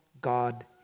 God